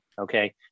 okay